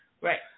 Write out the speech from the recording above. right